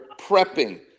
prepping